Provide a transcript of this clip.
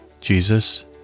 Jesus